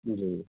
جی